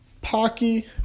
Pocky